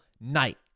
night